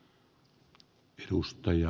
arvoisa puhemies